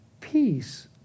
peace